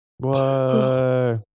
Whoa